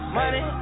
money